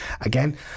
again